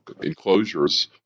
enclosures